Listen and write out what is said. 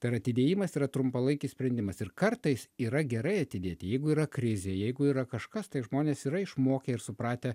tai yra atidėjimas yra trumpalaikis sprendimas ir kartais yra gerai atidėti jeigu yra krizė jeigu yra kažkas tai žmonės yra išmokę ir supratę